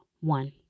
one